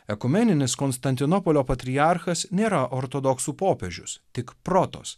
ekumeninis konstantinopolio patriarchas nėra ortodoksų popiežius tik protas